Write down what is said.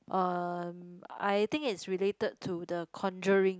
um I think it's related to the Conjuring